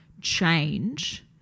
change